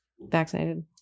vaccinated